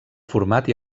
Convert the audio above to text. format